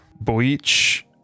Bleach